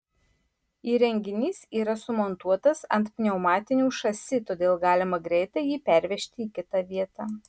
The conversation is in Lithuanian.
įrenginys yra sumontuotas ant pneumatinių šasi todėl galima greitai jį pervežti į kitą vietą